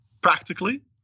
practically